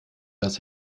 das